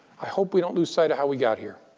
i hope we don't lose sight of how we got here.